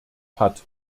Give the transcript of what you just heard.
hat